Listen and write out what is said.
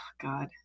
god